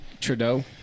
trudeau